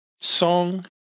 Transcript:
song